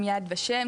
עם יד ושם,